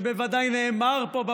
שבוודאי נאמר פה,